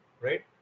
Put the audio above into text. right